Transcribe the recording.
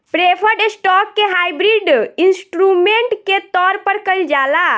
preferred stock के hybrid instrument के तौर पर कइल जाला